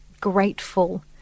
grateful